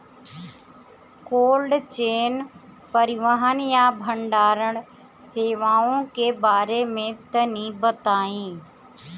Cold chain परिवहन या भंडारण सेवाओं के बारे में तनी बताई?